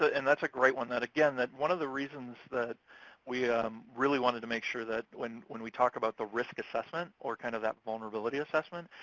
and that's a great one. again, that one of the reasons that we really wanted to make sure that when when we talk about the risk assessment or kind of that vulnerability assessment,